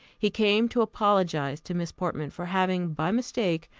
he came to apologize to miss portman for having, by mistake,